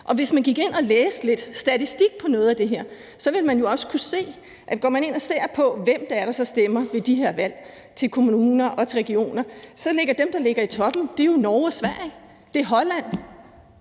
Hvis man går ind og læser lidt statistik på noget af det her, vil man jo også kunne se, når man går ind og ser på, hvem det så er, der stemmer ved de her valg til kommuner og regioner, at dem, der ligger i toppen, er nordmænd, svenskere og hollændere.